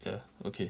ya okay